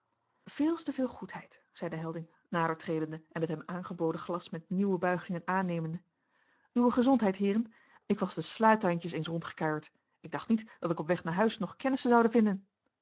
veels te veel goedheid zeide helding nadertredende en het hem aangeboden glas met nieuwe buigingen aannemende uwe gezondheid heeren ik was de slatuintjes eens rondgekuierd ik dacht niet dat ik op weg naar huis nog kennissen zoude vinden